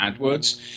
AdWords